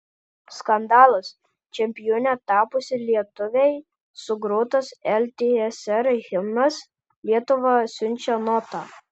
skandalas čempione tapusiai lietuvei sugrotas ltsr himnas lietuva siunčia notą